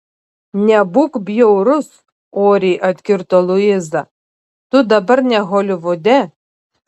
nebūk bjaurus oriai atkirto luiza tu dabar ne holivude